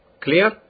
Clear